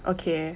okay